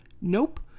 Nope